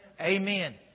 Amen